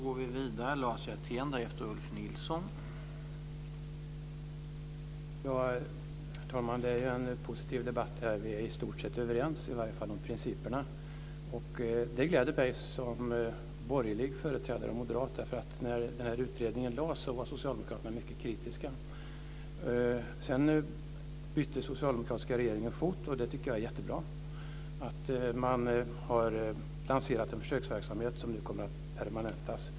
Herr talman! Det är en positiv debatt. Vi är i stort sett överens, åtminstone om principerna. Det gläder mig som moderat och borgerlig företrädare, därför att när denna utredning lades fram var socialdemokraterna mycket kritiska. Sedan bytte den socialdemokratiska regeringen fot, vilket jag tycker är jättebra. Man har lanserat en försöksverksamhet som nu kommer att permanentas.